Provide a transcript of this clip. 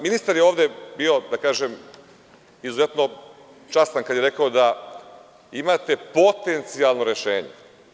Ministar je ovde bio, da kažem, izuzetno častan kada je rekao da imate potencijalno rešenje.